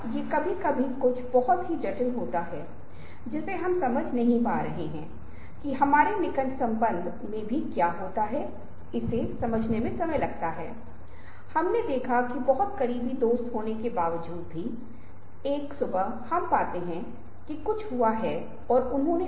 अब यह विज्ञापन के संदर्भ में बहुत प्रासंगिक हो गया है क्योंकि इससे हमें पता चल जाएगा कि स्कैनिंग पूर्वाग्रह के रूप में क्या जाना जाता है हम वस्तुओं को कैसे स्कैन करते हैं हम किस दिशा में आगे बढ़ते हैं हम एक तरफ से दूसरी तरफ या ऊपर से नीचे कैसे आगे बढ़ते हैं